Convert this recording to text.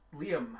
Liam